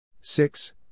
six